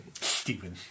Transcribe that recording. Stephen